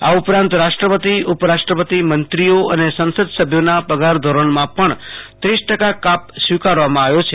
આ ઉપરાંત રાષ્ટ્રપતિ ઉપરાષ્ટ્રપતિ મંત્રીઓ અને સં સદ સભ્યોના પગાર ધોરણમાં પણ ત્રીસ ટકા કાપ સ્વીકારવામાં આવ્યો છ